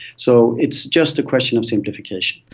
so it's just a question of simplification.